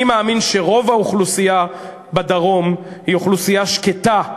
אני מאמין שרוב האוכלוסייה בדרום היא אוכלוסייה שקטה,